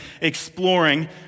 exploring